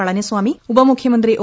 പളനിസ്ഥാമി ഉപമുഖ്യമന്ത്രി ഒ